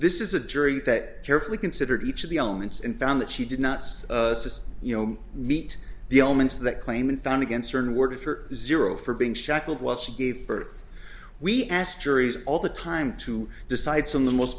this is a jury that carefully considered each of the elements and found that she did not see you know meet the elements that claim and found against certain words her zero for being shackled while she gave birth we asked juries all the time to decide some the most